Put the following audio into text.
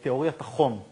תיאוריית החום.